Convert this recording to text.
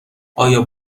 آیا